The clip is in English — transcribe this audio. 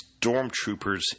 stormtroopers